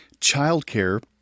childcare